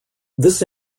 this